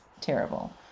terrible